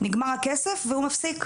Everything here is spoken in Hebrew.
נגמר הכסף והוא מספיק.